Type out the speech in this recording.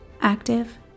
Active